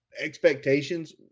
expectations